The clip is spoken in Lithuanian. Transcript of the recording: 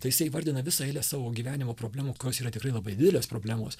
tai jisai įvardina visą eilę savo gyvenimo problemų kurios yra tikrai labai didelės problemos